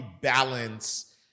balance